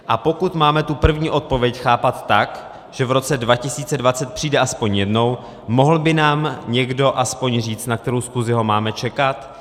A pokud máme tu první odpověď chápat tak, že v roce 2020 přijde aspoň jednou, mohl by nám někdo aspoň říct, na kterou schůzi ho máme čekat?